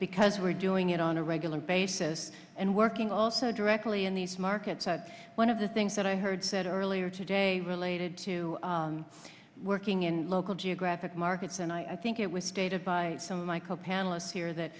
because we're doing it on a regular basis and working also directly in these markets one of the things that i heard said earlier today related to working in local geographic markets and i think it was stated by some of michael panelists here that